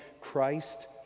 Christ